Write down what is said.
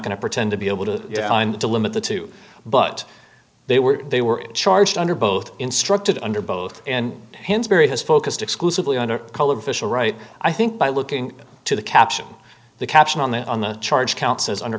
going to pretend to be able to delimit the two but they were they were charged under both instructed under both and hansberry has focused exclusively on her color official right i think by looking to the caption the caption on the on the charge counts as under